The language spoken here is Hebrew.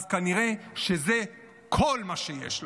אז כנראה זה כל מה שיש לו,